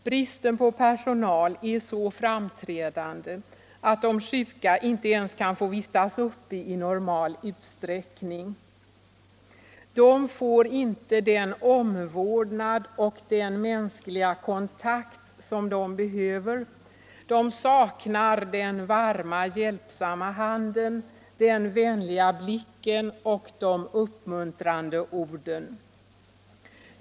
Bristen på personal är så framträdande att de sjuka inte ens kan få vistas uppe i normal utsträckning. De får inte den omvårdnad och den mänskliga kontakt som de behöver. De saknar den varma, hjälpsamma handen, den vänliga blicken och de uppmuntrande orden.